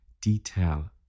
detail